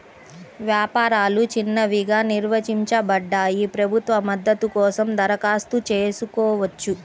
వ్యాపారాలు చిన్నవిగా నిర్వచించబడ్డాయి, ప్రభుత్వ మద్దతు కోసం దరఖాస్తు చేసుకోవచ్చు